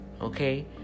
Okay